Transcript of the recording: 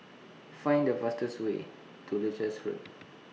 Find The fastest Way to Leuchars Road